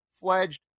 fledged